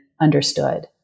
understood